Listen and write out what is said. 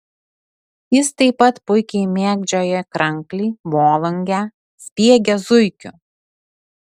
jis taip pat puikiai mėgdžioja kranklį volungę spiegia zuikiu